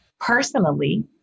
personally